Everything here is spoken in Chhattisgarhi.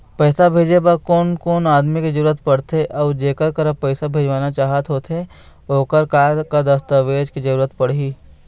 पैसा भेजे बार कोन कोन आदमी के जरूरत पड़ते अऊ जेकर करा पैसा भेजवाना चाहत होथे ओकर का का दस्तावेज के जरूरत पड़ही?